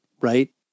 right